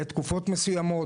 לתקופות מסוימות.